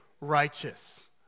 righteous